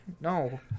No